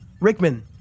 Rickman